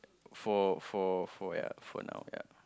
for for for ya for now ya